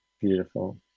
Beautiful